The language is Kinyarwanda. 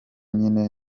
nyine